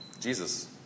Jesus